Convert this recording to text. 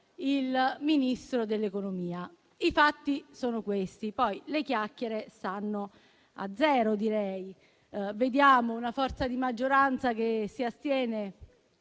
il Ministro dell'economia. I fatti sono questi, poi le chiacchiere stanno a zero, direi. Vediamo una forza di maggioranza che si astiene